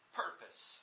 purpose